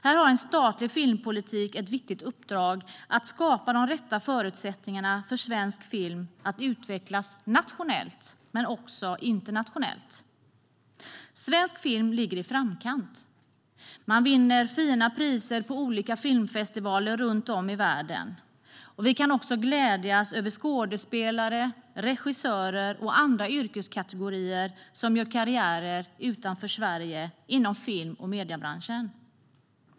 Här har en statlig filmpolitik ett viktigt uppdrag att skapa de rätta förutsättningarna för svensk film att utvecklas nationellt och internationellt. Svensk film ligger i framkant. Man vinner fina priser på olika filmfestivaler runt om i världen. Vi kan också glädjas över skådespelare, regissörer och andra yrkeskategorier som gör karriärer utanför Sverige inom film och mediebranschen.